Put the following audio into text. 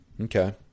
Okay